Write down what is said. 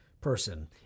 person